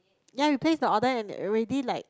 ya we place the order and already like